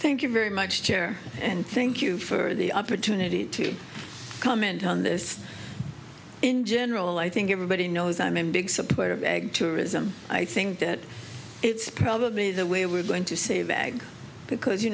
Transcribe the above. thank you very much chair and think you for the opportunity to comment on this in general i think everybody knows i'm in big support of ag tourism i think that it's probably the way we're going to save ag because you